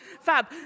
Fab